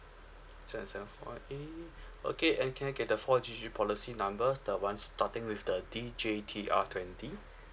seven seven four A okay and can I get the four digit policy number the one starting with the D J T R twenty